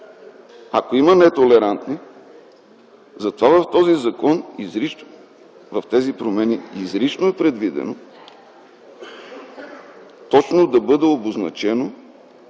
ако има нетолерантни, затова в този законопроект, в тези промени изрично е предвидено точно да бъде обозначено